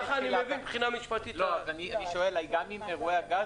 אני שואל, גם עם אירועי הגז?